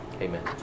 Amen